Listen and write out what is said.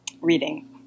Reading